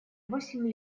восемь